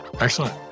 Excellent